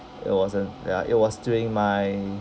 it wasn't ya it was doing my